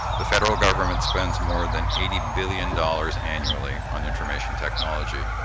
the federal government spends more than eighty billion dollars annually on information technology.